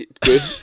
good